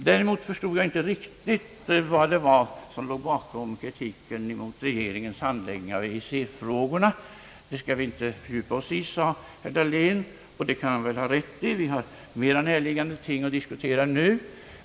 Däremot förstod jag inte riktigt vad som låg bakom kritiken mot regeringens handläggning av EEC-frågorna. Den saken skall vi inte fördjupa oss i, sade herr Dahlén, och det kan han ha rätt i, eftersom vi har mera närliggande ting att diskutera nu.